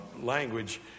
language